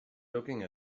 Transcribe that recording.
looking